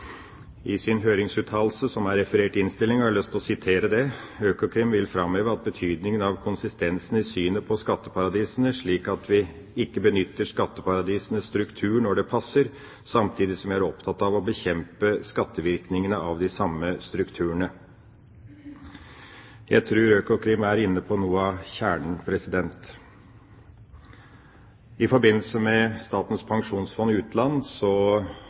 i sin høringsuttalelse, som er referert i innstillinga: «ØKOKRIM vil framheve betydningen av konsistens i synet på skatteparadisene, slik at vi ikke benytter skatteparadisenes strukturer når det passer, samtidig som vi er opptatt av å bekjempe skadevirkningene av de samme strukturene.» Jeg tror Økokrim er inne på noe av kjernen. I forbindelse med Statens pensjonsfond utland